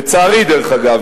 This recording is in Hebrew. לצערי דרך אגב,